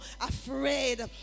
afraid